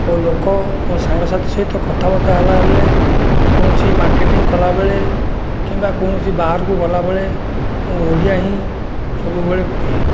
ଓ ଲୋକ ମୋ ସାଙ୍ଗସାଥି ସହିତ କଥାବାର୍ତ୍ତା ହେଲାବେଳେ କୌଣସି ମାର୍କେଟିଙ୍ଗ୍ କଲାବେଳେ କିମ୍ବା କୌଣସି ବାହାରକୁ ଗଲାବେଳେ ମୁଁ ଓଡ଼ିଆ ହିଁ ସବୁବେଳେ କୁହେ